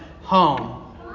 home